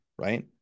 right